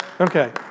Okay